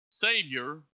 Savior